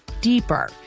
deeper